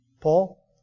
Paul